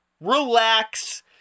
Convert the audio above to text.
relax